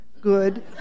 good